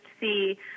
see